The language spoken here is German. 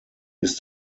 ist